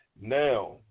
Now